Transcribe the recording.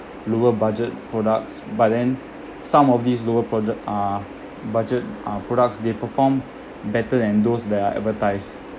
lower budget products but then some of these lower produ~ ah budget ah products they perform better than those that are advertised